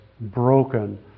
broken